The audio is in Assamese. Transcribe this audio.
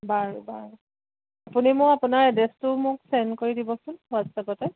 বাৰু বাৰু আপুনি মোক আপোনাৰ এড্ৰেছটো মোক চেণ্ড কৰি দিবচোন হোৱাটছআপতে